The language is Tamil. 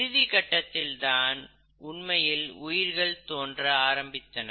இறுதி கட்டத்தில் தான் உண்மையில் உயிர்கள் தோன்ற ஆரம்பித்தன